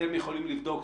אתם יכולים לבדוק,